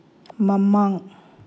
ꯃꯃꯥꯡ